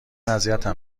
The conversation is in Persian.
اذیتم